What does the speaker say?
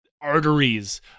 arteries